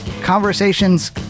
conversations